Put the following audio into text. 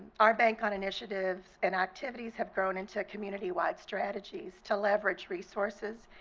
our bank on initiatives and activities have grown into a community-wide strategy to leverage resources,